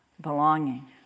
belonging